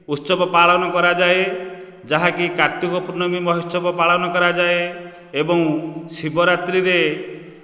ଉତ୍ସବ ପାଳନ କରାଯାଏ ଯାହାକି କାର୍ତ୍ତିକ ପୂର୍ଣ୍ଣମୀ ମହୋତ୍ସବ ପାଳନ କରାଯାଏ ଏବଂ ଶିବରାତ୍ରୀରେ